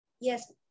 Yes